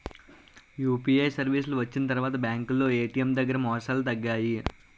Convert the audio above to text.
UPI సర్వీసులు వచ్చిన తర్వాత బ్యాంకులో ఏటీఎం దగ్గర మోసాలు తగ్గాయి